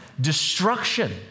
destruction